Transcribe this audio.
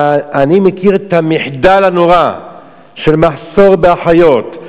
ואני מכיר את המחדל הנורא של מחסור באחיות,